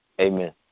Amen